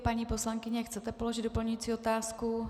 Paní poslankyně, chcete položit doplňující otázku?